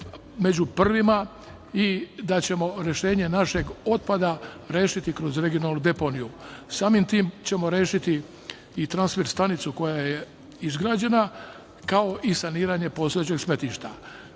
među prvima i da ćemo rešenje našeg otpada rešiti kroz regionalnu deponiju. Samim tim ćemo rešiti i transfer stanicu koja je izgrađena, kao i saniranje postojećeg smetlišta. Rešićemo